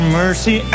mercy